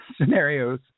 scenarios